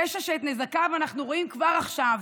פשע שאת נזקיו אנחנו רואים כבר עכשיו,